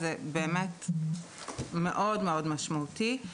זה דבר משמעותי מאוד-מאוד.